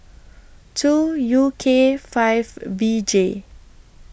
two U K five B J